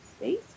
space